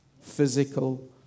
physical